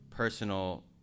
personal